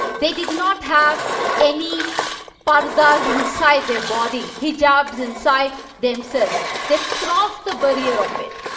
they did not have any pardas inside their body, hijabs inside themselves they've crossed the barrier of it.